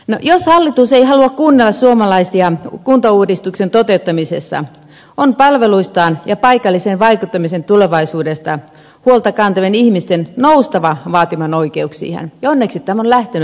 jos hallitus ei halua kuunnella suomalaisia kuntauudistuksen toteuttamisessa on palveluistaan ja paikallisen vaikuttamisen tulevaisuudesta huolta kantavien ihmisten noustava vaatimaan oikeuksiaan ja onneksi tämä on lähtenyt liikkeelle